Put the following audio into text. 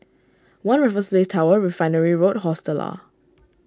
one Raffles Place Tower Refinery Road Hostel Lah